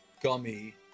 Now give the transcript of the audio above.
gummy